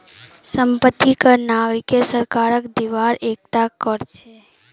संपत्ति कर नागरिकेर द्वारे सरकारक दिबार एकता कर छिके